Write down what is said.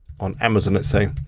on amazon, let's say,